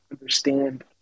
understand